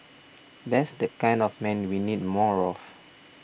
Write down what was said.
that's the kind of man we need more of